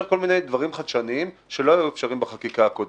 כל מיני דברים חדשניים שלא היו בחקיקה הקודמת.